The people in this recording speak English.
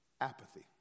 apathy